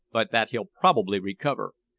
but that he'll probably recover.